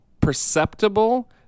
perceptible